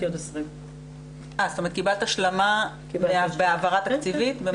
עוד 20. זאת אומרת קיבלת השלמה בהעברה תקציבית?